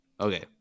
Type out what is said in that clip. Okay